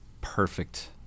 perfect